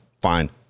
fine